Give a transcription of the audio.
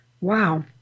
Wow